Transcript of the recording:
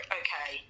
okay